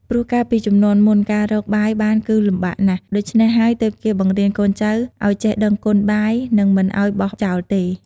ព្រោះកាលពីជំនាន់មុន ការរកបាយបានគឺលំបាកណាស់ ដូច្នេះហើយទើបគេបង្រៀនកូនចៅឲ្យចេះដឹងគុណបាយ និងមិនឲ្យបោះចោលទេ។